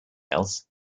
else